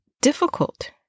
difficult